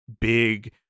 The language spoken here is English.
big